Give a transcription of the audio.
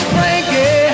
Frankie